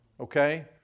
Okay